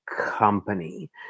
company